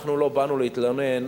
אנחנו לא באנו להתלונן,